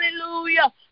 Hallelujah